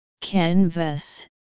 canvas